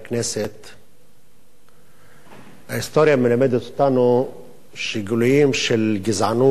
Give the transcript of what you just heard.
ההיסטוריה מלמדת אותנו שגילויים של גזענות והקצנה ופאשיזם